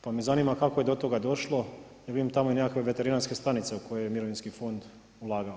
Pa me zanima kako je do toga došlo, jer vidim tamo nekakve veterinarske stanice u koje je Mirovinski fond ulagao.